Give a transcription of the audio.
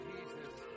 Jesus